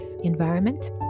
environment